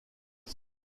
wise